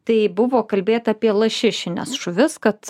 tai buvo kalbėta apie lašišines žuvis kad